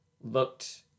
looked